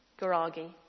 Garagi